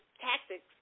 tactics